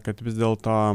kad vis dėlto